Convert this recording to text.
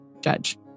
Judge